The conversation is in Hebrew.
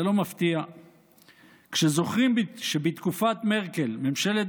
זה לא מפתיע כשזוכרים שבתקופת מרקל ממשלת